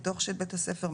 בתוך שטח בית הספר,